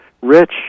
rich